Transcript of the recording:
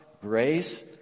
grace